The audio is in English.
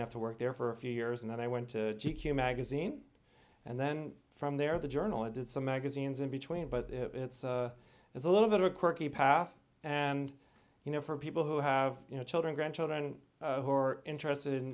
enough to work there for a few years and then i went to q magazine and then from there the journal i did some magazines in between but it's it's a little bit of a quirky path and you know for people who have you know children grandchildren who are interested in